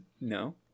No